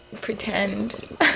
Pretend